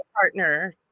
partner